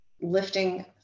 lifting